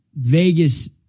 Vegas